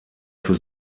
für